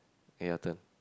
ya your turn